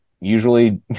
Usually